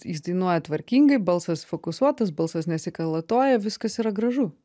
jis dainuoja tvarkingai balsas fokusuotas balsas nesikalatoja viskas yra gražu